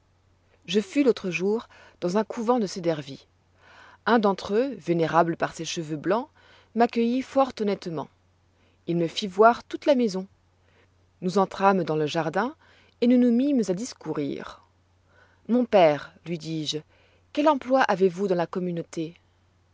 je fus l'autre jour dans un couvent de ces dervis un d'entre eux vénérable par ses cheveux blancs m'accueillit fort honnêtement et après m'avoir fait voir toute la maison il me mena dans le jardin où nous nous mîmes à discourir mon père lui dis-je quel emploi avez-vous dans la communauté